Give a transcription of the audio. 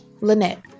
Lynette